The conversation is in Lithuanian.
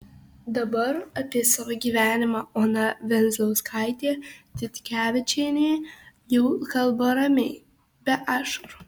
dabar apie savo gyvenimą ona venzlauskaitė ditkevičienė jau kalba ramiai be ašarų